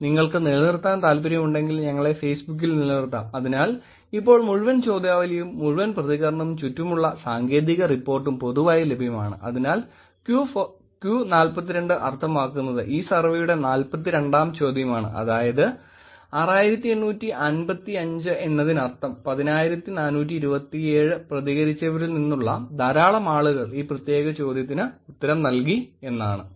നിങ്ങൾക്ക് നിലനിർത്താൻ താൽപ്പര്യമുണ്ടെങ്കിൽ ഞങ്ങളെ Facebook ൽ നിലനിർത്താം അതിനാൽ ഇപ്പോൾ മുഴുവൻ ചോദ്യാവലിയും മുഴുവൻ പ്രതികരണങ്ങളും ചുറ്റുമുള്ള സാങ്കേതിക റിപ്പോർട്ടും പൊതുവായി ലഭ്യമാണ് സ്ലൈഡിലെ Q 42 അർത്ഥമാക്കുന്നത് ഈ സർവേയുടെ 42 ആം ചോദ്യമാണ് അതിനാൽ 6855 എന്നതിനർത്ഥം 10427 പ്രതികരിച്ചവരിൽ നിന്നുള്ള ധാരാളം ആളുകൾ ഈ പ്രത്യേക ചോദ്യത്തിന് ഉത്തരം നൽകി എന്നാണ്